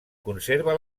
conserva